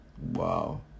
Wow